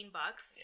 bucks